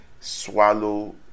swallow